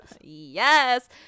Yes